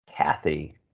Kathy